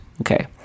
Okay